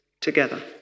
together